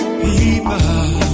people